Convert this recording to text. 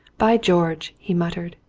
by george, he muttered,